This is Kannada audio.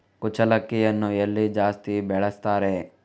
ಕುಚ್ಚಲಕ್ಕಿಯನ್ನು ಎಲ್ಲಿ ಜಾಸ್ತಿ ಬೆಳೆಸ್ತಾರೆ?